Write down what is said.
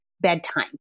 bedtime